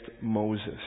Moses